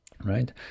right